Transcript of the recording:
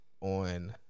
on